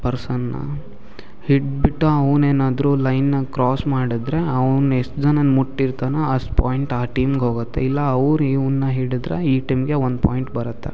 ಪರ್ಸನನ್ನ ಹಿಡಿದ್ಬಿಟ್ಟು ಅವ್ನು ಏನಾದರೂ ಲೈನನ್ನ ಕ್ರಾಸ್ ಮಾಡಿದ್ರೆ ಅವ್ನು ಎಷ್ಟು ಜನನ್ನ ಮುಟ್ಟಿರ್ತಾನೋ ಅಷ್ಟು ಪಾಯಿಂಟ್ ಆ ಟೀಮ್ಗೆ ಹೋಗುತ್ತೆ ಇಲ್ಲ ಅವ್ರು ಇವನ್ನ ಹಿಡಿದ್ರೆ ಈ ಟೀಮ್ಗೆ ಒಂದು ಪಾಯಿಂಟ್ ಬರುತ್ತೆ